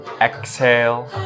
Exhale